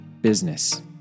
business